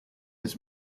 his